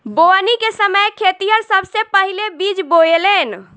बोवनी के समय खेतिहर सबसे पहिले बिज बोवेलेन